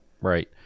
Right